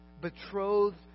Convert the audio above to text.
betrothed